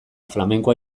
flamenkoa